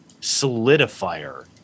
solidifier